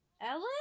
Ellen